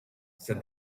said